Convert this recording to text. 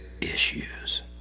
issues